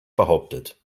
behauptet